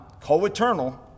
co-eternal